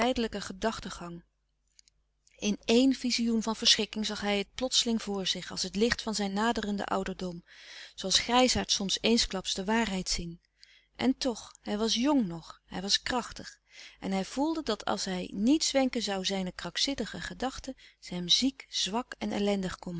gedachtengang in eén vizioen van verschrikking zag hij het plotseling voor zich als het licht van zijn naderenden ouderdom zooals grijsaards soms eensklaps de waarheid zien en toch hij was jong nog hij was krachtig en hij voelde dat als hij niet zwenken zoû zijne krankzinnende gedachte ze hem ziek zwak en ellendig